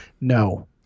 no